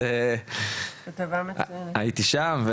הייתי שם,